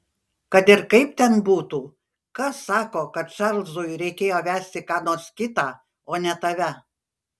kad ir kaip ten būtų kas sako kad čarlzui reikėjo vesti ką nors kitą o ne tave